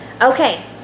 Okay